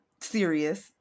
serious